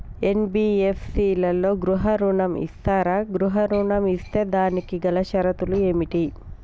NBFC లలో గృహ ఋణం ఇస్తరా? గృహ ఋణం ఇస్తే దానికి గల షరతులు ఏమిటి?